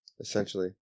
essentially